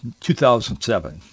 2007